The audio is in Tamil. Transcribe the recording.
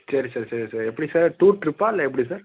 சரி சார் சரி சார் எப்படி சார் டூர் ட்ரிப்பா இல்லை எப்படி சார்